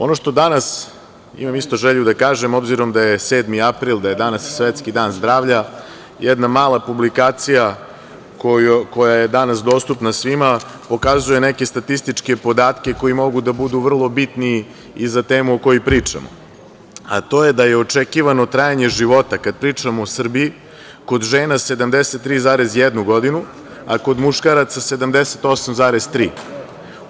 Ono što danas isto imam želju da kažem, obzirom da je 7. april, da je danas Svetski dan zdravlja, jedna mala publikacija koja je danas dostupna svima, pokazuje neke statističke podatke koji mogu da budu vrlo bitni i za temu o kojoj pričamo, a to je da je očekivano trajanje života, kada pričamo o Srbiji, kod žena 73,1 godinu, a kod muškaraca 78.3.